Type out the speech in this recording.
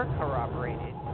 corroborated